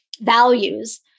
values